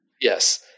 yes